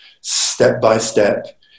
step-by-step